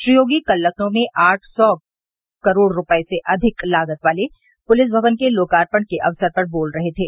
श्री योगी कल लखनऊ में आठ सौ करोड़ रूपये से अधिक की लागत वाले पूलिस भवन के लोकार्पण के अवसर पर बोल रहे थे